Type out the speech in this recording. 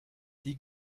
die